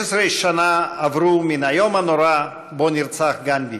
11 שנה עברו מהיום הנורא שבו נרצח גנדי,